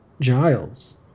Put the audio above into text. Giles